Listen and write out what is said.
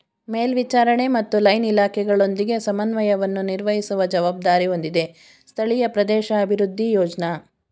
ಮೇಲ್ವಿಚಾರಣೆ ಮತ್ತು ಲೈನ್ ಇಲಾಖೆಗಳೊಂದಿಗೆ ಸಮನ್ವಯವನ್ನು ನಿರ್ವಹಿಸುವ ಜವಾಬ್ದಾರಿ ಹೊಂದಿದೆ ಸ್ಥಳೀಯ ಪ್ರದೇಶಾಭಿವೃದ್ಧಿ ಯೋಜ್ನ